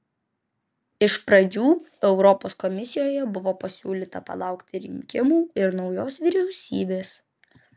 iš pradžių europos komisijoje buvo pasiūlyta palaukti rinkimų ir naujos vyriausybės